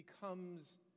becomes